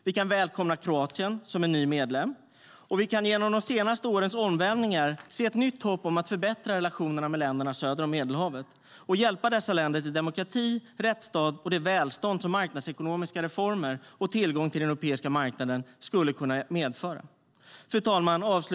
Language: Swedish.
Vi kan välkomna Kroatien som en ny medlem, och vi kan genom de senaste årens omvälvningar se ett nytt hopp om att förbättra relationerna med länderna söder om Medelhavet och hjälpa dessa länder till demokrati, rättsstat och det välstånd som marknadsekonomiska reformer och tillgång till den europeiska marknaden skulle kunna medföra. Fru talman!